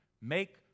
Make